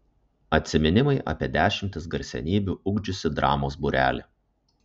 atsiminimai apie dešimtis garsenybių ugdžiusį dramos būrelį